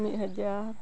ᱢᱤᱫᱦᱟᱡᱟᱨ